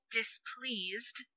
displeased